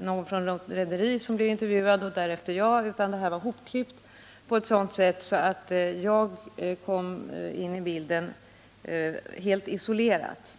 någon från rederiet blev intervjuad och därefter jag, utan programinslaget var hopklippt på ett sådant missvisande sätt.